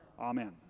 Amen